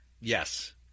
Yes